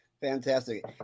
Fantastic